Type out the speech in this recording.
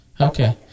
Okay